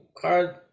card